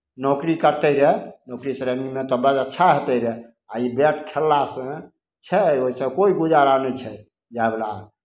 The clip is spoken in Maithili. नौकरी करतै रहए नौकरी बड़ अच्छा होतै रहए आ ई बैट खेललासँ छै ओहिसँ कोइ गुजारा नहि छै जायवला